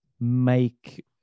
make